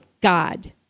God